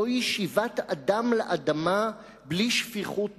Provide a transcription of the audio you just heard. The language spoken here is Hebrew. זוהי שיבת אדם לאדמה בלי שפיכות דמים.